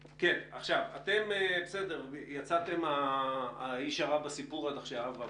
אתם יצאתם האיש הרע בסיפור עד עכשיו.